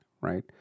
right